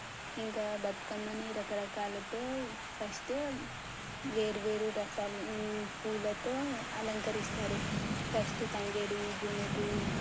ఇంకా బతుకమ్మని రకరకాలతో ఫస్టు వేరు వేరు రసాలు పూలతో అలంకరిస్తారు ఫస్టు తంగేడు గునుగు